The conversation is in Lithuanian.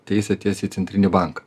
teisę tiesiai į centrinį banką